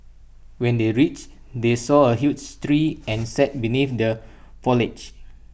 when they reached they saw A huge tree and sat beneath the foliage